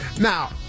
Now